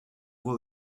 voix